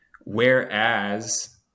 Whereas